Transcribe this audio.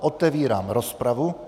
Otevírám rozpravu.